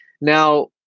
now